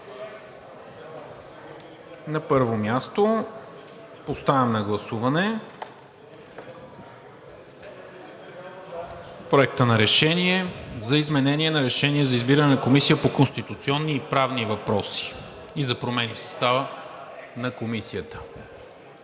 На първо място поставям на гласуване Проекта на решение за изменение на Решение за избиране на Комисия по конституционни и правни въпроси и за промени в състава на Комисията.